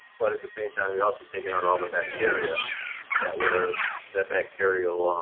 but at the same time, you're also taking out all the bacteria that were the bacterial ah